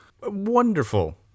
wonderful